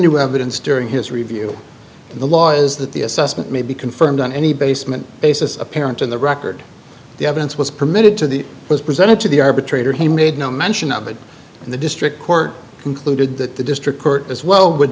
evidence during his review the law is that the assessment may be confirmed on any basement basis apparent in the record the evidence was permitted to the it was presented to the arbitrator he made no mention of it and the district court concluded that the district court as well would